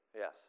Yes